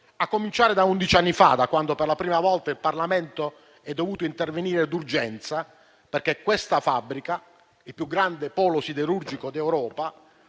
A cominciare da undici anni fa, da quando per la prima volta il Parlamento è dovuto intervenire d'urgenza, perché questa fabbrica, il più grande polo siderurgico d'Europa,